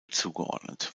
zugeordnet